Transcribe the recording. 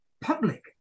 public